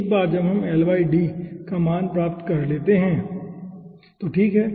एक बार जब हम L D का मान जान लेते हैं तो ठीक है